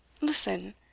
listen